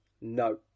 No